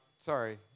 sorry